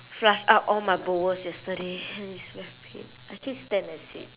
flush out all my bowels yesterday it's very pain I keep stand and sit